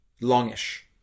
longish